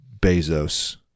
Bezos